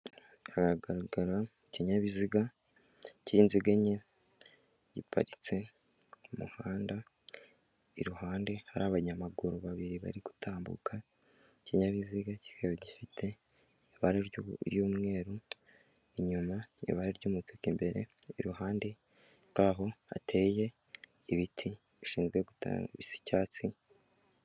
Aha hagaragara kinyabiziga cy'inziga enye, giparitse ku muhanda, iruhande hari abanyamaguru babiri bari gutambuka, ikinyabiziga kikaba gifite ibara ry'umweru inyuma ibara ry'umutuku imbere, iruhande rw'aho hateye ibiti bisa icyatsi.